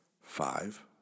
Five